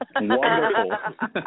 Wonderful